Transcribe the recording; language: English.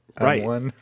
Right